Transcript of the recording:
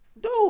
dude